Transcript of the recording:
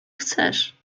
chcesz